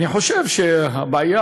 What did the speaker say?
אני חושב שהבעיה,